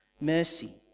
mercy